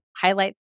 highlight